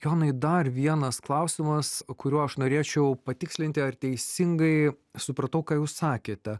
jonai dar vienas klausimas kuriuo aš norėčiau patikslinti ar teisingai supratau ką jūs sakėte